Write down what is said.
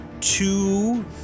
two